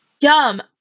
Yum